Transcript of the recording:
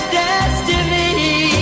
destiny